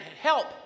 help